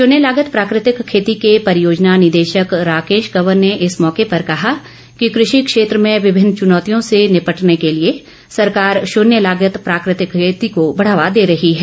शन्य लागत प्राकृतिक खेती के परियोजना निदेशक राकेश कंवर ने इस मौके पर कहा कि कृषि क्षेत्र में विभिन्न चुनौतियों से निपटने के लिए सरकार शून्य लागत प्राकृतिक खेती को बढ़ावा दे रही है